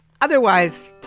Otherwise